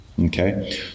okay